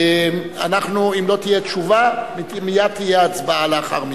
אם לא תהיה תשובה, מייד תהיה הצבעה לאחר מכן.